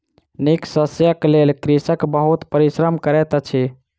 नीक शस्यक लेल कृषक बहुत परिश्रम करैत अछि